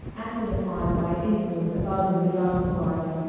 acted upon by an influence above and beyond gloria,